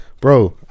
Bro